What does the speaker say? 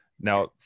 Now